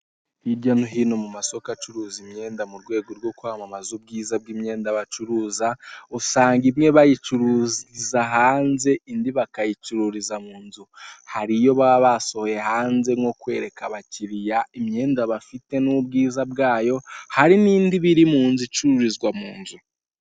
Hirya no hino mu masoko acuruza imyenda mu rwego rwo kwamamaza ubwiza bw'imyenda bacuruza, usanga imwe bayicururiza hanze indi bakayicururiza mu nzu, hari iyo baba basohoye hanze nko kwereka abakiriya imyenda bafite n'ubwiza bwayo, hari n'indi iba iri mu nzu icururizwa mu nzu.